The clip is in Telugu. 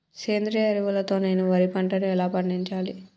సేంద్రీయ ఎరువుల తో నేను వరి పంటను ఎలా పండించాలి?